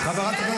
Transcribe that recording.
חבר הכנסת